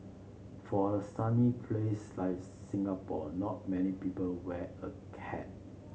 for a sunny place like Singapore not many people wear a hat